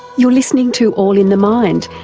you're listening to all in the mind,